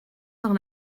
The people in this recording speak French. dans